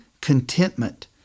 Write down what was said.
contentment